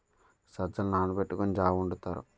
సజ్జలు నానబెట్టుకొని జా వొండుతారు